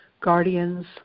guardians